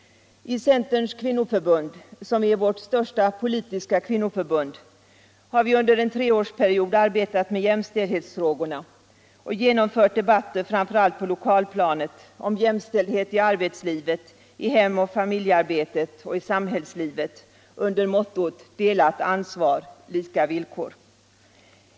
I Centerns kvinnoförbund — det största politiska kvinnoförbundet här i landet — har vi under en treårsperiod arbetat med jämställdhetsfrågorna och genomfört debatter framför allt på lokalplanet om jämställdhet i arbetslivet, i hem och familjearbetet och i samhällslivet under mottot Delat ansvar — lika villkor.